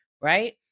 Right